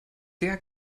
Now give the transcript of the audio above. der